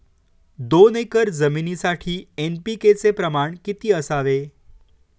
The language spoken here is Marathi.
दोन एकर जमीनीसाठी एन.पी.के चे प्रमाण किती असावे?